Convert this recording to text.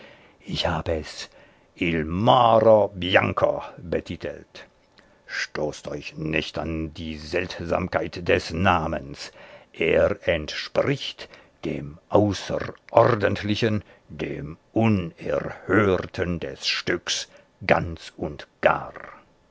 ich hab es il moro bianco betitelt stoßt euch nicht an die seltsamkeit des namens er entspricht dem außerordentlichen dem unerhörten des stücks ganz und gar